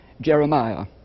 Jeremiah